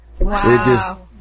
Wow